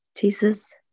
Jesus